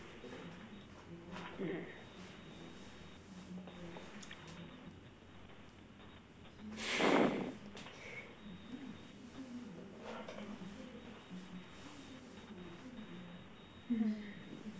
mm